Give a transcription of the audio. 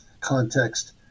context